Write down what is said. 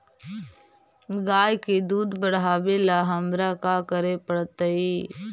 गाय के दुध बढ़ावेला हमरा का करे पड़तई?